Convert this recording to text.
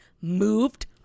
moved